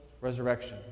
resurrection